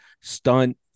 stunt